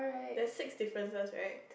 there's six differences right